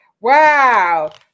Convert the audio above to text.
Wow